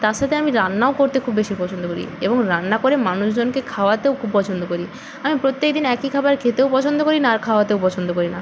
তার সাথে আমি রান্নাও করতে খুব বেশি পছন্দ করি এবং রান্না করে মানুষজনকে খাওয়াতেও খুব পছন্দ করি আমি প্রত্যেক দিন একই খাবার খেতেও পছন্দ করি না আর খাওয়াতেও পছন্দ করি না